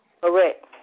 Correct